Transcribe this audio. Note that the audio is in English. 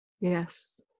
Yes